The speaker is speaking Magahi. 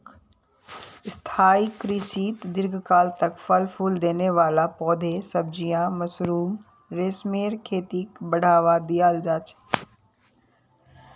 स्थाई कृषित दीर्घकाल तक फल फूल देने वाला पौधे, सब्जियां, मशरूम, रेशमेर खेतीक बढ़ावा दियाल जा छे